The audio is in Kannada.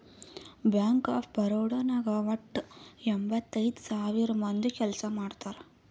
ಬ್ಯಾಂಕ್ ಆಫ್ ಬರೋಡಾ ನಾಗ್ ವಟ್ಟ ಎಂಭತ್ತೈದ್ ಸಾವಿರ ಮಂದಿ ಕೆಲ್ಸಾ ಮಾಡ್ತಾರ್